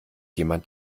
jemand